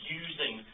using